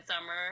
summer